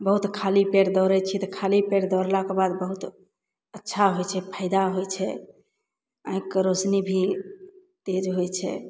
बहुत खाली पेट दौड़य छियै तऽ खाली पेट दौड़लाके बाद बहुत अच्छा होइ छै फायदा होइ छै आँखिके रोशनी भी तेज होइ छै